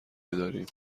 بداریم